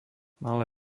malé